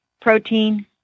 protein